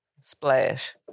Splash